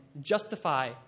justify